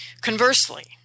conversely